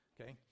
Okay